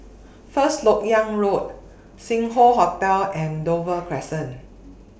First Lok Yang Road Sing Hoe Hotel and Dover Crescent